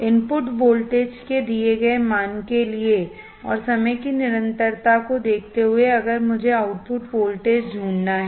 input voltage के दिए गए मान के लिए और समय की निरंतरता को देखते हुए अगर मुझे आउटपुट वोल्टेज ढूंढना है